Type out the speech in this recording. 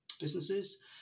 businesses